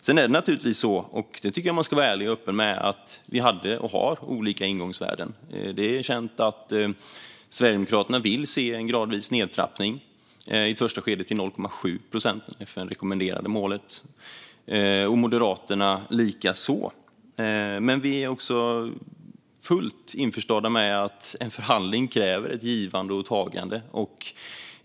Sedan är det naturligtvis så - det tycker jag att man ska vara ärlig och öppen med - att vi hade och har olika ingångsvärden. Det är känt att Sverigedemokraterna vill se en gradvis nedtrappning, i första skedet till 0,7 procent, det FN-rekommenderade målet, Moderaterna likaså. Vi är dock också fullt införstådda med att en förhandling kräver givande och tagande.